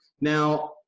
Now